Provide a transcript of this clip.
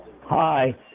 Hi